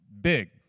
big